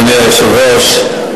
אדוני היושב-ראש,